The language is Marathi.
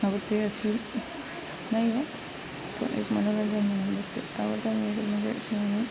आवडते अशी नाही पण एक मला वर्जन ते आवडतं मी ते म्हणजे असे म्हणून